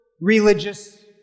religious